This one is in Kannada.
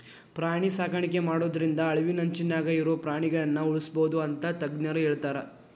ಪ್ರಾಣಿ ಸಾಕಾಣಿಕೆ ಮಾಡೋದ್ರಿಂದ ಅಳಿವಿನಂಚಿನ್ಯಾಗ ಇರೋ ಪ್ರಾಣಿಗಳನ್ನ ಉಳ್ಸ್ಬೋದು ಅಂತ ತಜ್ಞರ ಹೇಳ್ತಾರ